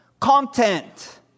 Content